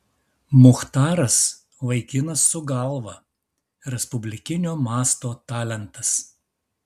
muchtaras vaikinas su galva respublikinio masto talentas